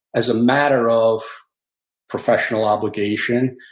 as a matter of professional obligation,